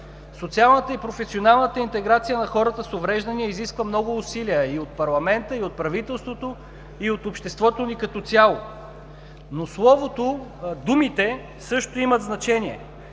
Социалната и професионалната интеграция на хората с увреждания изисква много усилия – и от парламента, и от правителството, и от обществото ни като цяло, но словото, думите също имат значение.